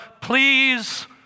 please